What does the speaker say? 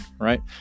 right